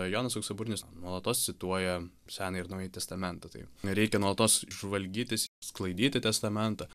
jonas auksaburnis nuolatos cituoja seną ir naują testamentą tai reikia nuolatos žvalgytis sklaidyti testamentą